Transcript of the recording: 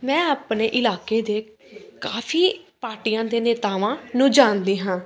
ਮੈਂ ਆਪਣੇ ਇਲਾਕੇ ਦੇ ਕਾਫੀ ਪਾਰਟੀਆਂ ਦੇ ਨੇਤਾਵਾਂ ਨੂੰ ਜਾਣਦੀ ਹਾਂ